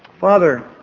Father